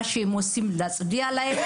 מה שהם עושים להצדיע להם,